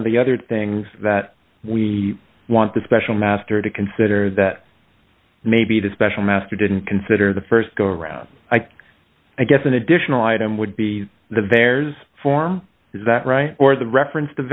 of the other things that we want the special master to consider that maybe the special master didn't consider the st go around i guess an additional item would be the very form is that right or the reference to